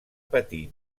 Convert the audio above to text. patir